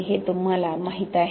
हे तुम्हाला माहीत आहे